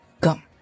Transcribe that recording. Come